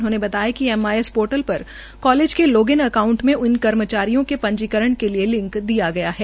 उन्होंने बताया कि एमआईएस पोर्टल पर कालेज के लॉग इन अकाऊंट में इन कर्मचारियों के पंजीकरण के लिए लिंक दिया गया है